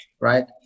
right